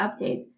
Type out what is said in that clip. updates